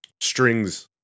strings